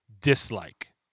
dislike